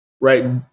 right